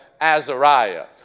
Azariah